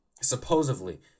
supposedly